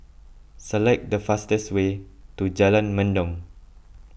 select the fastest way to Jalan Mendong